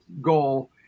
goal